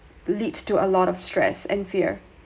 leads to a lot of stress and fear